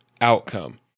outcome